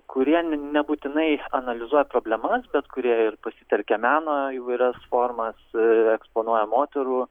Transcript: kurie ne nebūtinai analizuoja problemas bet kurie ir pasitelkia meno įvairias formas eksponuoja moterų